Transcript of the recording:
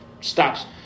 stops